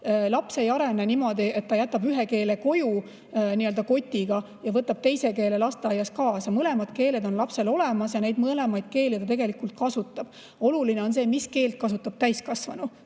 Laps ei arene niimoodi, et ta jätab ühe keele koju ja teise keele võtab nii-öelda kotiga lasteaeda kaasa. Mõlemad keeled on lapsel olemas ja neid mõlemaid ta tegelikult kasutab. Oluline on see, mis keelt kasutab täiskasvanu